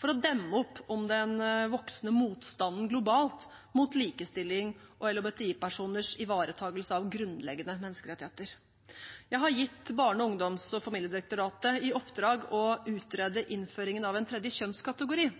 for å demme opp for den voksende motstanden globalt mot likestilling og LHBTi-personers ivaretakelse av grunnleggende menneskerettigheter. Jeg har gitt Barne-, ungdoms- og familiedirektoratet i oppdrag å utrede innføringen av en tredje kjønnskategori.